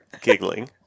Giggling